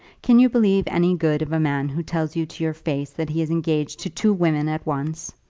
can you believe any good of a man who tells you to your face that he is engaged to two women at once?